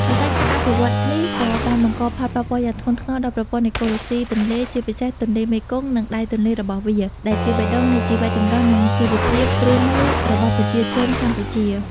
ប៉ុន្តែការអភិវឌ្ឍន៍នេះក៏បានបង្កផលប៉ះពាល់យ៉ាងធ្ងន់ធ្ងរដល់ប្រព័ន្ធអេកូឡូស៊ីទន្លេ ជាពិសេសទន្លេមេគង្គ និងដៃទន្លេរបស់វា ដែលជាបេះដូងនៃជីវៈចម្រុះ និងជីវភាពរស់នៅរបស់ប្រជាជនកម្ពុជា។